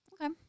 Okay